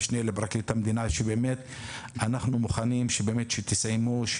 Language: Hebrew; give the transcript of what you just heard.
המשנה לפרקליט המדינה אנחנו מוכנים שהתקנות